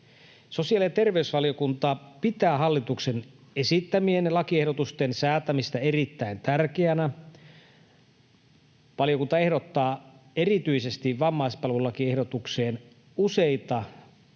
Sosiaali- ja terveysvaliokunta pitää hallituksen esittämien lakiehdotusten säätämistä erittäin tärkeänä. Valiokunta ehdottaa erityisesti vammaispalvelulakiehdotukseen useita